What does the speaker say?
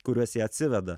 kuriuos jie atsiveda